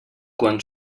quan